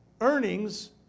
earnings